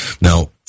now